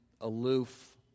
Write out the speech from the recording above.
aloof